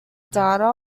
data